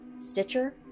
Stitcher